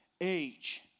age